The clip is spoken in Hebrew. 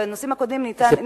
ובנושאים הקודמים ניתן עוד זמן.